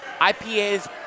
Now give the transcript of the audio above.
IPAs